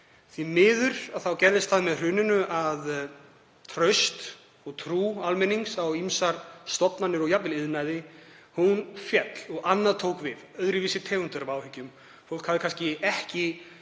Því miður gerðist það með hruninu að traust og trú almennings á ýmsum stofnunum og jafnvel iðnaði féll og annað tók við; öðruvísi tegund af áhyggjum, fólk hafði kannski ekki